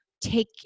take